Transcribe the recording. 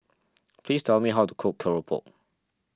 please tell me how to cook Keropok